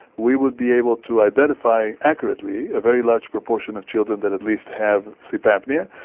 we would be able to identify accurately a very large proportion of children that at least have sleep apnoea.